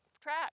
track